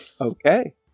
Okay